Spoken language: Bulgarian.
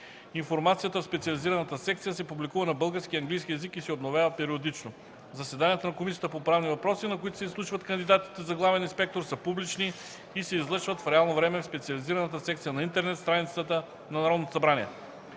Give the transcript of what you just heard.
Информацията в специализираната секция се публикува на български и английски език и се обновява периодично. Заседанията на Комисията по правни въпроси, на които се изслушват кандидатите за главен инспектор, са публични и се излъчват в реално време в специализираната секция на интернет страницата на Народното събрание.